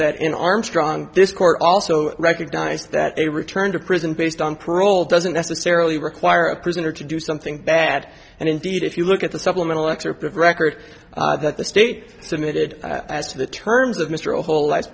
that in armstrong this court also recognize that a return to prison based on parole doesn't necessarily require a prisoner to do something bad and indeed if you look at the supplemental excerpt of record that the state submitted as to the terms of mr